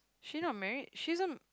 she not married she isn't